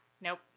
Nope